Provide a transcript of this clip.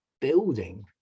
building